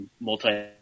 multi